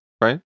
right